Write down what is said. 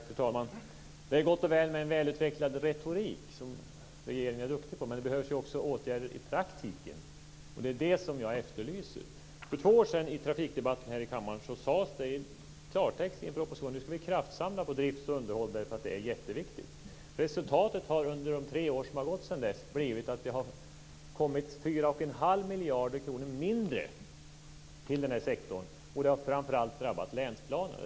Fru talman! Det är gott och väl med en välutvecklad retorik. Det är regeringen duktig på. Men det behövs ju också åtgärder i praktiken, och det är det jag efterlyser. För två år sedan i trafikdebatten här i kammaren sades det i klartext i en proposition att vi skulle kraftsamla när det gällde drift och underhåll eftersom det är jätteviktigt. Resultatet under de tre år som har gått sedan dess har blivit att det har kommit 4 1⁄2 miljarder kronor mindre till den här sektorn. Det har framför allt drabbat på länsplanet.